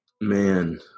Man